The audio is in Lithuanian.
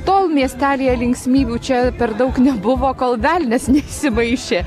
tol miestelyje linksmybių čia per daug nebuvo kol velnias nesimaišė